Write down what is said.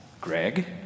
Greg